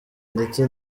ndetse